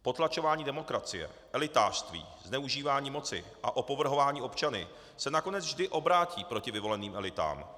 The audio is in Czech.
Potlačování demokracie, elitářství, zneužívání moci a opovrhování občany se nakonec vždy obrátí proti vyvoleným elitám.